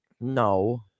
No